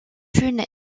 une